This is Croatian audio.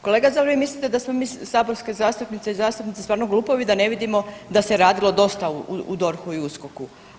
Kolega, zar vi mislite da smo mi saborske zastupnice i zastupnici stvarno glupi da ne vidimo da se radilo dosta u DORH-u i USKOK-u?